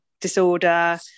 disorder